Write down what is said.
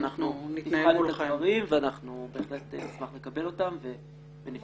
אנחנו בהחלט נשמח לקבל את הצעת